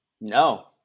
No